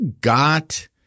got